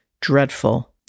dreadful